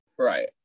right